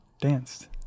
danced